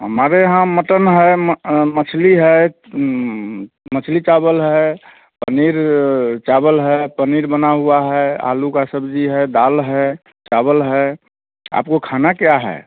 हमारे यहाँ मटन है म मछली है मछली चावल है पनीर चावल है पनीर बना हुआ है आलू का सब्ज़ी है दाल है चावल है आपको खाना क्या है